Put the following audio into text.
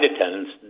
attendants